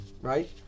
right